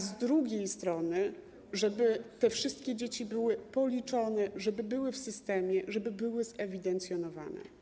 Z drugiej strony chodzi o to, żeby te wszystkie dzieci były policzone, żeby były w systemie, żeby były zewidencjonowane.